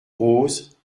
roses